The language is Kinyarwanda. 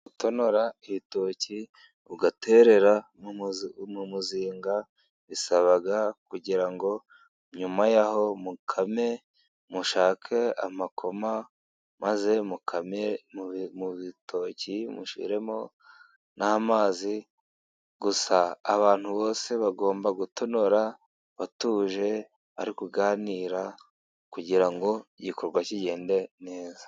Gutonora ibitoki ugaterera mu muzinga, bisaba kugira ngo nyuma yaho bakame, mushake amakoma maze mukame, mu bitoki mushyiremo n'amazi gusa. Abantu bose bagomba gutonora batuje, baganira kugira ngo igikorwa kigende neza.